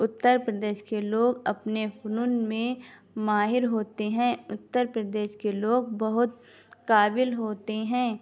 اتر پردیش کے لوگ اپنے فنون میں ماہر ہوتے ہیں اتر پردیش کے لوگ بہت قابل ہوتے ہیں